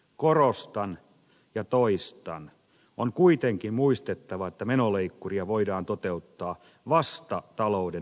korostan ja toistan että on kuitenkin muistettava että menoleikkuria voidaan toteuttaa vasta talouden nousuvaiheessa